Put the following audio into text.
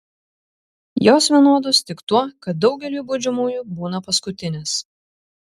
jos vienodos tik tuo kad daugeliui baudžiamųjų būna paskutinės